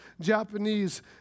Japanese